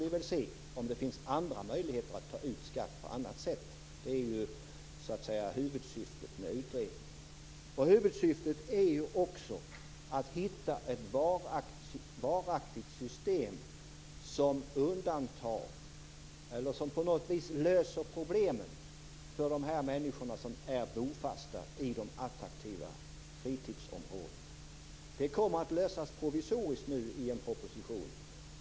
Vi får se om det finns andra möjligheter att ta ut skatt på annat sätt. Det är huvudsyftet med utredningen. Huvudsyftet är också att hitta ett varaktigt system som på något sätt löser problemen för de människor som är bofasta i de attraktiva fritidsområdena. Det kommer nu att lösas provisoriskt i en proposition.